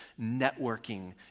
networking